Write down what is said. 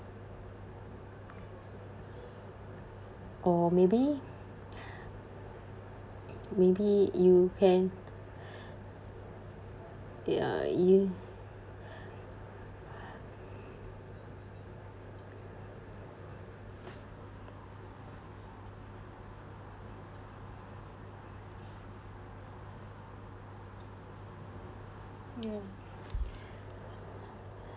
or maybe maybe you can ya you ya